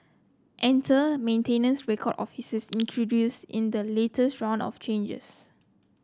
enter maintenance record officers introduced in the latest round of changes